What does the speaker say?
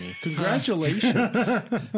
Congratulations